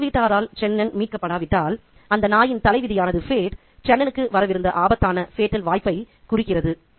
அண்டை வீட்டாரால் சென்னன் மீட்கப்படாவிட்டால் அந்த நாயின் தலைவிதியானது சென்னனுக்கு வரவிருந்த ஆபத்தான வாய்ப்பைக் குறிக்கிறது